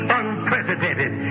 unprecedented